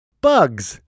bugs